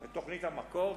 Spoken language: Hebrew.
תוכנית "המקור".